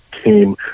came